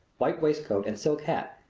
white waistcoat and silk hat,